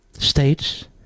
States